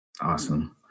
Awesome